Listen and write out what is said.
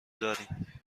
داریم